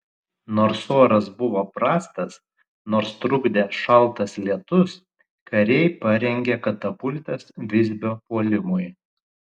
nors oras buvo prastas nors trukdė šaltas lietus kariai parengė katapultas visbio puolimui